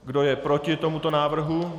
Kdo je proti tomuto návrhu?